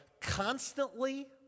constantly